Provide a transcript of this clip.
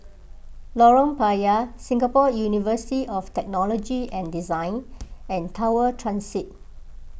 Lorong Payah Singapore University of Technology and Design and Tower Transit